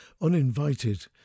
uninvited